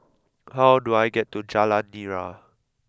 how do I get to Jalan Nira